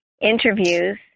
interviews